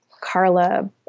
Carla